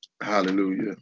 hallelujah